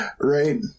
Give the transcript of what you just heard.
Right